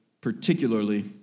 particularly